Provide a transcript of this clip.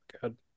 good